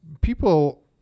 people